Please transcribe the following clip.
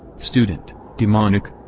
student demonic?